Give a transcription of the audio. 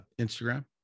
Instagram